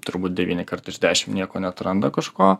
turbūt devyni kartai iš dešim nieko neatranda kažko